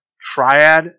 Triad